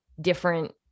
different